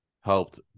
helped